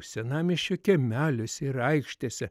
senamiesčio kiemeliuose ir aikštėse